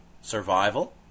survival